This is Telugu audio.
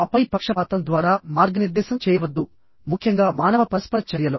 ఆపై పక్షపాతం ద్వారా మార్గనిర్దేశం చేయవద్దు ముఖ్యంగా మానవ పరస్పర చర్యలో